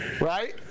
right